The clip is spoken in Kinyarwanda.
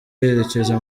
yerekeza